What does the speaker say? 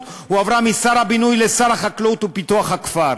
משר הבינוי והשיכון לשר החקלאות ופיתוח הכפר,